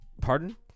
Pardon